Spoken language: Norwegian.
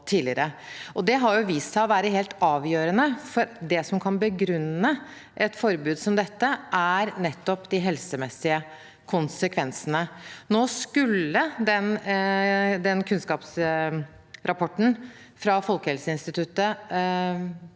Det har vist seg å være helt avgjørende, for det som kan begrunne et forbud som dette, er nettopp de helsemessige konsekvensene. Den kunnskapsrapporten fra Folkehelseinstituttet